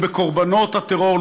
לא בקורבנות הטרור,